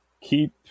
keep